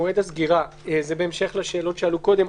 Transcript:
מועד הסגירה זה בהמשך לשאלות שעלו קודם.